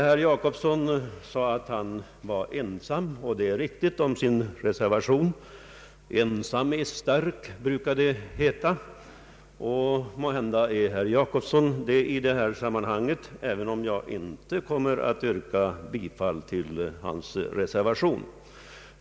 Herr Gösta Jacobsson sade att han var ensam om sin reservation vilket är riktigt. Ensam är stark brukar det ju heta, och måhända är herr Jacobsson det i detta sammanhang, även om jag inte kommer att yrka bifall till hans reservation.